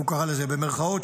כך הוא קרא לזה, במירכאות.